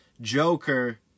Joker